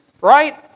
right